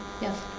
Yes